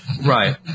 Right